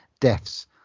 deaths